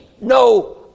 No